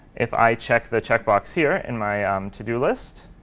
if i check the check box here in my um to do list,